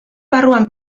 barruan